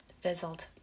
fizzled